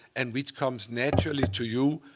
and which comes naturally to you